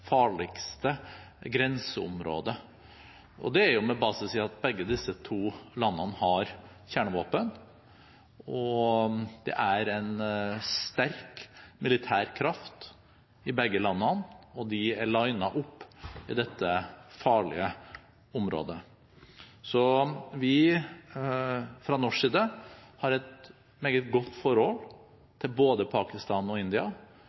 farligste grenseområdet. Det er med basis i at begge disse to landene har kjernevåpen, det er en sterk militær kraft i begge landene, og de er «linet opp» i dette farlige området. Vi fra norsk side har et meget godt forhold til både Pakistan og India